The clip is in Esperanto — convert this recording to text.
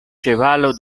ĉevalo